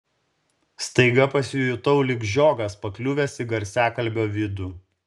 staiga pasijutau lyg žiogas pakliuvęs į garsiakalbio vidų